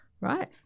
Right